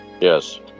Yes